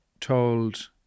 told